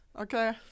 Okay